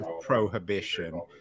prohibition